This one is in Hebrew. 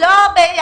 הם לא ביחד.